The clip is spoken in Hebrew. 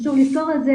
וחשוב לזכור את זה,